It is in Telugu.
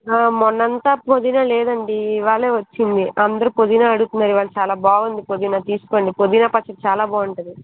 మొన్నంతా పుదీనా లేదండీ ఇవాళే వచ్చింది అందరు పుదీనా అడుగుతున్నారు ఇవాళ చాలా బాగుంది పుదీనా తీసుకోండి పుదీనా పచ్చడి చాలా బాగుంటుంది